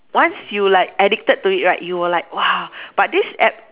once you like addicted to it right you will like !wah! but this app